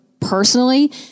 personally